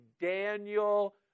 Daniel